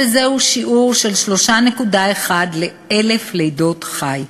שזהו שיעור של 3.1 ל-1,000 לידות חי.